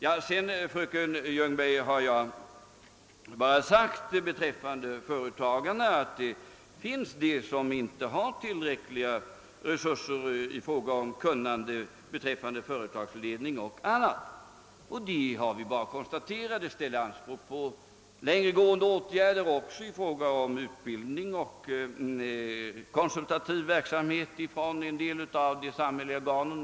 Vad beträffar företagsledarna har jag bara sagt, fröken Ljungberg, att det finns företagare som inte besitter tillräckligt kunnande när det gäller att leda sitt företag. Vi kan bara konstatera att det är så. Och det ställer anspråk på längre gående åtgärder i fråga om utbildning och konsultativ verksamhet från en del samhälleliga organ.